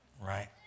right